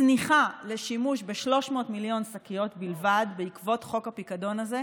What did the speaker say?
צניחה לשימוש ב-300 מיליון שקיות בלבד בעקבות חוק הפיקדון הזה,